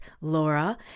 Laura